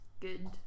good